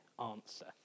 answer